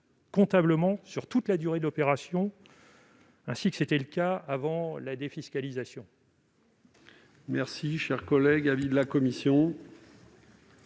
comptablement, sur toute la durée de l'opération, ainsi que c'était le cas avec la défiscalisation.